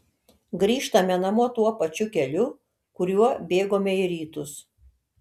grįžtame namo tuo pačiu keliu kuriuo bėgome į rytus